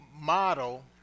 model